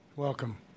Welcome